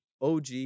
OG